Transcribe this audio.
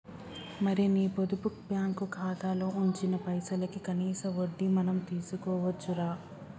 మరి నీ పొదుపు బ్యాంకు ఖాతాలో ఉంచిన పైసలకి కనీస వడ్డీ మనం తీసుకోవచ్చు రా